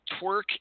Twerk